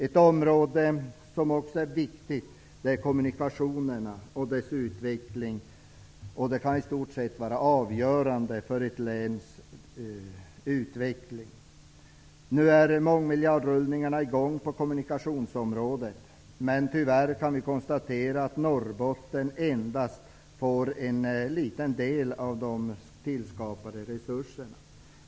Ett annat viktigt område är kommunikationerna och dessas utveckling, vilka i stort sett kan vara avgörande för ett läns utveckling. Nu är mångmiljardrullningarna i gång på kommunikationsområdet, men tyvärr kan vi konstatera att Norrbotten endast får en liten del av de tillskapade resurserna.